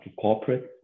corporate